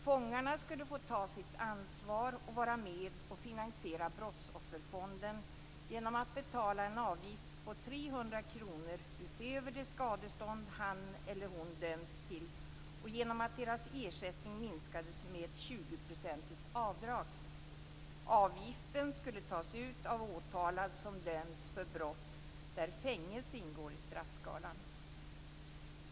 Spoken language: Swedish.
Fångarna skulle få ta sitt ansvar och vara med och finansiera Brottsofferfonden genom att betala en avgift på 300 kr utöver det skadestånd som han eller hon dömts till och genom att deras ersättning minskades med ett avdrag på 20 %. Avgiften skulle tas ut av åtalad som dömts för brott där fängelse ingår i straffskalan.